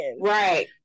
Right